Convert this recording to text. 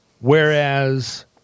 Whereas